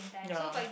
yah